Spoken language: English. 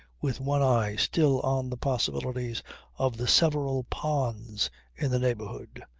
with one eye still on the possibilities of the several ponds in the neighbourhood.